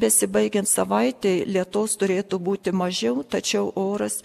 besibaigiant savaitei lietaus turėtų būti mažiau tačiau oras